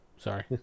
Sorry